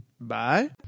bye